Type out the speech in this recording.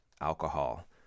alcohol